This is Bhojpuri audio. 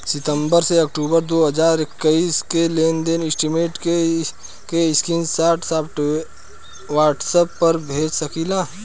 सितंबर से अक्टूबर दो हज़ार इक्कीस के लेनदेन स्टेटमेंट के स्क्रीनशाट व्हाट्सएप पर भेज सकीला?